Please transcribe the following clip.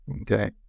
okay